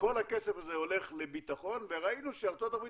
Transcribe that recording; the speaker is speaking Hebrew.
כל הכסף הזה הולך לביטחון וראינו שארצות הברית